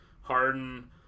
Harden